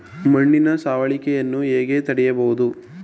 ಮಣ್ಣಿನ ಸವಕಳಿಯನ್ನು ಹೇಗೆ ತಡೆಯಬಹುದು?